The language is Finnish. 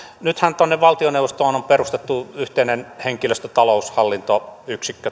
nythän valtioneuvostoon on perustettu yhteinen henkilöstö ja taloushallinto